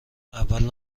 اول